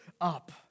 up